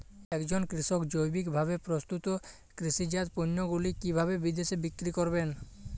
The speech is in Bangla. একজন কৃষক জৈবিকভাবে প্রস্তুত কৃষিজাত পণ্যগুলি কিভাবে বিদেশে বিক্রি করবেন?